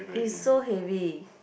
it's so heavy